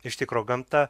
iš tikro gamta